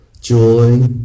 joy